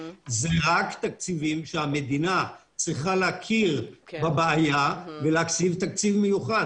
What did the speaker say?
זה רק תקציבים שהמדינה צריכה להכיר בבעיה ולהקציב תקציב מיוחד.